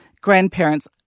grandparents